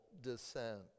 descent